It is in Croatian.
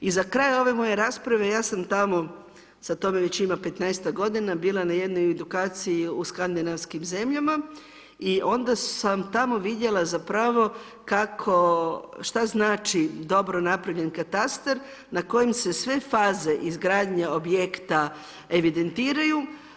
I za kraj ove moje rasprave ja sam tamo, sad tome već ima petnaestak godina bila na jednoj edukaciji u skandinavskim zemljama i onda sam tamo vidjela zapravo kako, šta znači dobro napravljen katastar na kojem se sve faze izgradnje objekta evidentiraju.